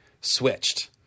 switched